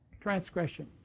Transgression